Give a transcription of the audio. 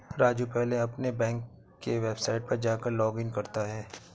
राजू पहले अपने बैंक के वेबसाइट पर जाकर लॉगइन करता है